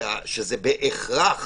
שזה בהכרח